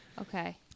okay